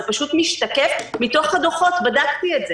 זה משתקף מתוך הדוחות, בדקתי את זה.